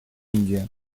индия